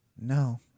No